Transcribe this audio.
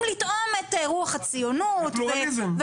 לתאום את רוח הציונות --- פלורליזם.